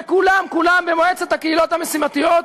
וכולם-כולם במועצת הקהילות המשימתיות,